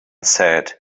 said